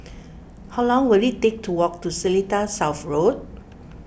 how long will it take to walk to Seletar South Road